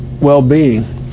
well-being